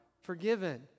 forgiven